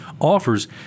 offers